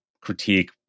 critique